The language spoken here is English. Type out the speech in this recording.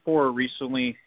recently